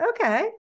okay